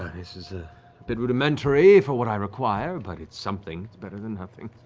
this is a bit rudimentary for what i require, but it's something, it's better than nothing.